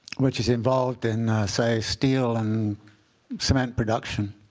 which is involved in, say, steel and cement production,